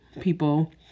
people